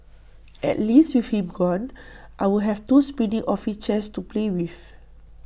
at least with him gone I'll have two spinning office chairs to play with